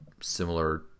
similar